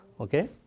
Okay